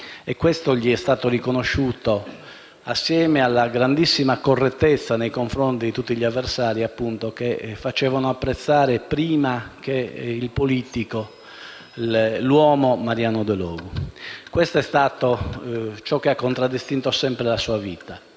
Ciò gli è stato riconosciuto, insieme alla grandissima correttezza nei confronti di tutti gli avversari, doti che facevano apprezzare, prima che il politico, l'uomo Mariano Delogu. Questo è stato ciò che ha contraddistinto sempre la sua vita.